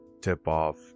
tip-off